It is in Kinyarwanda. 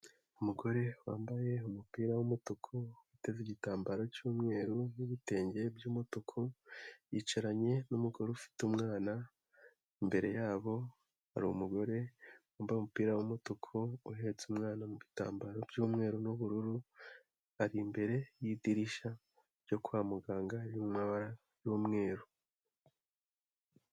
Umugore wambaye umupira w'umutuku uteze igitambaro cy'umweru n'ibitenge by'umutuku. Yicaranye n'umugore ufite umwana. Imbere yabo hari umugore wambaye umupira w'umutuku, uhetse umwana mu gitambaro cy'umweru n'ubururu ari imbere yidirishya ryo kwa muganga riri mu mabara y'umweru.